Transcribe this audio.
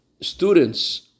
students